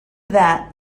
that